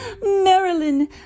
Marilyn